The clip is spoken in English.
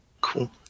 Cool